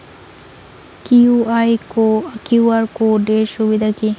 QR code এর সুবিধা কি?